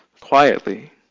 quietly